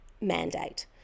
mandate